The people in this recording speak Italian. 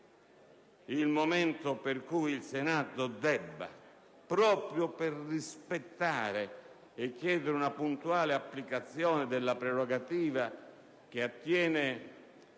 il momento per il Senato, proprio al fine di rispettare e chiedere una puntuale applicazione della prerogativa che attiene